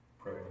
Pray